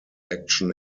action